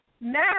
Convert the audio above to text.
now